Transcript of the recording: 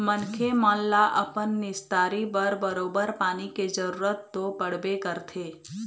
मनखे मन ल अपन निस्तारी बर बरोबर पानी के जरुरत तो पड़बे करथे